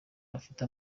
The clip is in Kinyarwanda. bafite